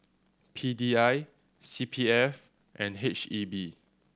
P D I C P F and H E B